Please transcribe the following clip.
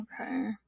Okay